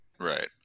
Right